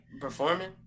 performing